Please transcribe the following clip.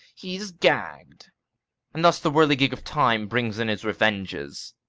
he s gagg'd and thus the whirligig of time brings in his revenges.